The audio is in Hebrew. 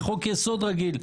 אם בחוק-יסוד רגיל,